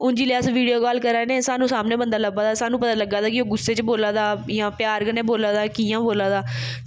हून जिसले अस वीडियो कॉल करा ने सानूं सामने बंदा लब्भा दा सानूं पता लग्गा दा कि ओह् गुस्से च बोला दा जां प्यार कन्नै बोला दा कि'यां बोला दा